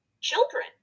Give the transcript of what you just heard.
children